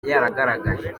yagaragaje